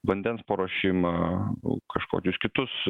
vandens paruošimą kažkokius kitus